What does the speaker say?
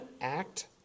act